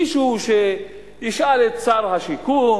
מישהו שישאל את שר השיכון,